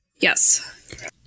Yes